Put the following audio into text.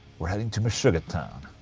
we're heading to meshuggah town